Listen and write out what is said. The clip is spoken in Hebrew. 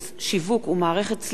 שיווק ומערכת סליקה פנסיוניים)